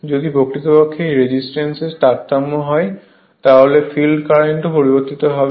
যদি প্রকৃতপক্ষে এই রেজিস্ট্যান্সের তারতম্য হয় তাহলে ফিল্ড কারেন্টও পরিবর্তিত হবে